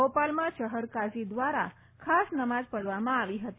ભોપાલમાં શફર કાઝી દ્વારા ખાસ નમાજ પઢવામાં આવી હતી